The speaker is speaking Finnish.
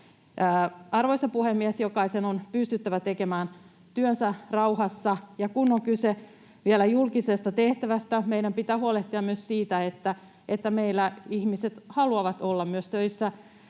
Arvoisa puhemies! Jokaisen on pystyttävä tekemään työnsä rauhassa. Ja kun on kyse vielä julkisesta tehtävästä, meidän pitää huolehtia myös siitä, että meillä ihmiset haluavat olla töissä